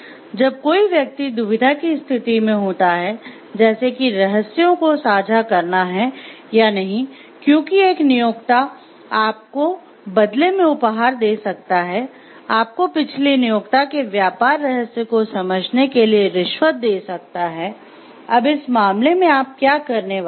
जब कोई व्यक्ति दुविधा की स्थिति में होता है जैसे कि रहस्यों को साझा करना है या नहीं क्योंकि एक नया नियोक्ता आपको बदले में उपहार दे सकता है आपको पिछले नियोक्ता के व्यापार रहस्य को समझने के लिए रिश्वत दे सकता है अब इस मामले में आप क्या करने वाले हैं